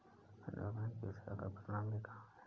Central bank की शाखा पटना में कहाँ है?